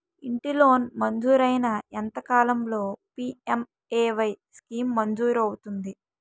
ఇంటి లోన్ మంజూరైన ఎంత కాలంలో పి.ఎం.ఎ.వై స్కీమ్ మంజూరు అవుతుంది?